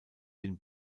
den